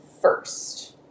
first